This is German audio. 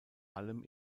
allem